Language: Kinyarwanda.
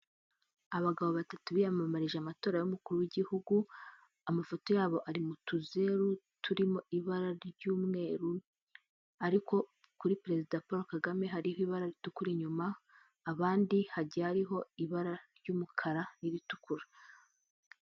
Abagabo batatu biyamamarije amatora y'umukuru w'igihugu, amafoto yabo ari mu tuzeru turimo ibara ry'umweru; ariko kuri perezida Paul Kagame hariho ibara ritukura inyuma, abandi hagiye hariho ibara ry'umukara n'iritukura.